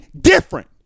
different